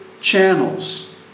channels